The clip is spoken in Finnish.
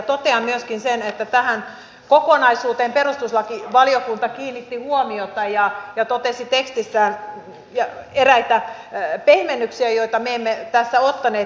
totean myöskin sen että tähän kokonaisuuteen perustuslakivaliokunta kiinnitti huomiota ja totesi tekstissään eräitä pehmennyksiä joita me emme tässä ottaneet